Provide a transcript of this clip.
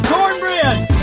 Cornbread